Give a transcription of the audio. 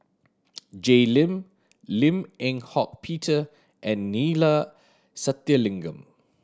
Jay Lim Lim Eng Hock Peter and Neila Sathyalingam